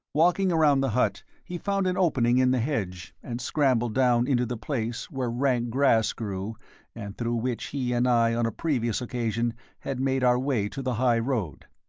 walking around the hut he found an opening in the hedge, and scrambled down into the place where rank grass grew and through which he and i on a previous occasion had made our way to the high road.